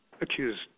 accused